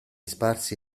sparsi